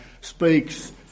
speaks